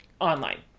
online